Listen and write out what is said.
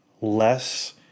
less